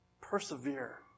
Persevere